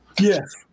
Yes